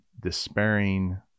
despairing